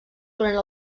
durant